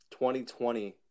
2020